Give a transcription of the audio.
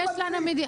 יש לנו מדיניות,